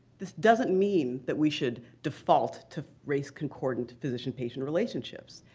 this doesn't mean that we should default to race concordant physician-patient relationships.